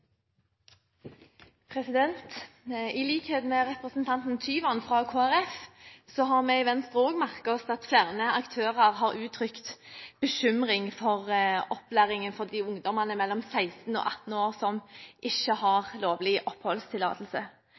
statsbudsjett. I likhet med representanten Tyvand fra Kristelig Folkeparti, har også vi i Venstre merket oss at flere aktører har uttrykt bekymring for opplæringen til ungdommene mellom 16 og 18 år som ikke har oppholdstillatelse.